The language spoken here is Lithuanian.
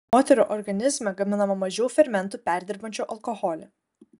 moterų organizme gaminama mažiau fermentų perdirbančių alkoholį